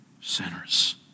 sinners